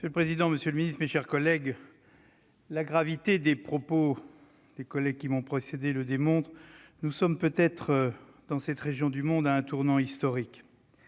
Monsieur le président, monsieur le ministre, mes chers collègues, la gravité des propos des collègues qui m'ont précédé le démontre : nous sommes peut-être à un tournant historique